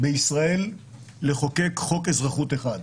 בישראל לחוקק חוק אזרחות אחד,